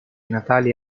natali